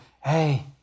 hey